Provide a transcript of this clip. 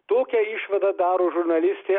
tokią išvadą daro žurnalistė